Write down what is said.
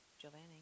Giovanni